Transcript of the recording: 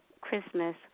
Christmas